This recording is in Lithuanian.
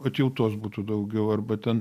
atjautos būtų daugiau arba ten